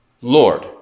Lord